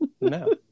no